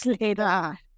later